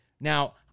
Now